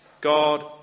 God